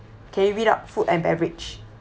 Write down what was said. okay read out food and beverage